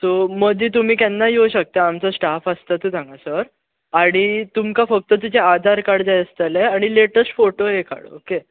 so मदीं तुमी केन्नाय येवंक शकता आमचो स्टाफ आसतातूच हांगसर आनी तुमकां फक्त तुमचे आधार कार्ड जाय आसतले आनी लेट्स्ट फोटो एक हाड ओके